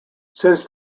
since